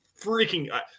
freaking –